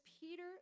Peter